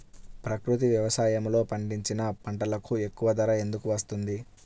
ప్రకృతి వ్యవసాయములో పండించిన పంటలకు ఎక్కువ ధర ఎందుకు వస్తుంది?